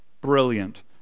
Brilliant